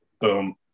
Boom